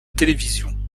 télévision